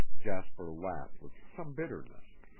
jasper laughed with some bitterness.